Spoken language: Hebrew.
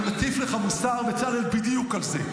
אז הינה, אני מטיף לך מוסר, בצלאל, בדיוק על זה.